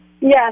Yes